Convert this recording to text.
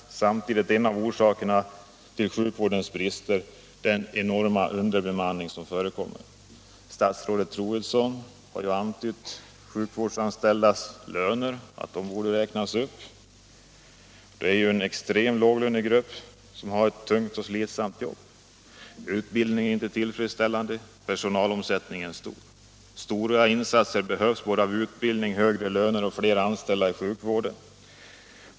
Samtidigt är en av orsakerna till sjukvårdens brister den enorma underbemanning som förekommer. Statsrådet Troedsson har antytt att de sjukvårdsanställdas löner bör räknas upp. De utgör ju en extrem låglönegrupp trots ett tungt och slitsamt jobb. Utbildningen är inte tillfredsställande och personalomsättningen är stor. Betydande insatser behövs i form av utbildning, högre löner och fler anställda i sjukvården.